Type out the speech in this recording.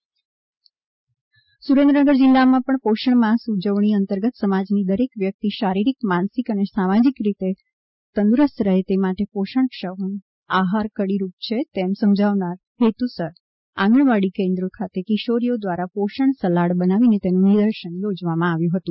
સુરેન્દ્રનગર પોષણ માસ સુરેન્દ્રનગર જિલ્લામાં પોષણ માસ ઉજવણી અંતર્ગત સમાજની દરેક વ્યક્તિ શારીરિક માનસિક અને સામાજિક રીતે તંદુરસ્ત રહે તે માટે પોષણક્ષમ આહાર કડીરૂપ છે તેમ સમજાવવાના હેતુસર આંગણવાડી કેન્દ્રો ખાતે કિશોરીઓ દ્વારા પોષણ સલાડ બનાવી તેનું નિદર્શન યોજવામાં આવ્યું હતું